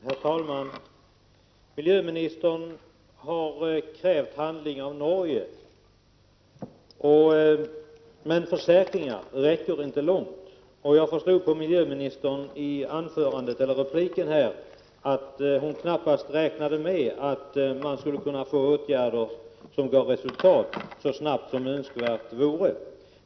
Herr talman! Miljöministern har krävt handling av Norge, men försäkringar räcker inte långt. Jag förstod av miljöministerns anförande att hon knappast räknade med att kunna få till stånd åtgärder som gav resultat så snabbt som önskvärt vore.